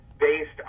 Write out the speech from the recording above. based